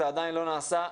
זה עדיין לא נעשה,